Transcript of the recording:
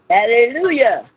Hallelujah